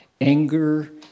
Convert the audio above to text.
Anger